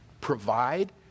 provide